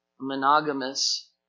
monogamous